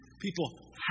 people